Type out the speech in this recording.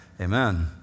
amen